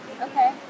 Okay